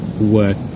work